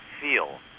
feel